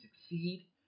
succeed